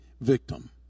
victim